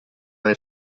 nel